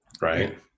right